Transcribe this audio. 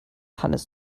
hannes